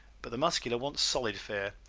but the muscular wants solid fare.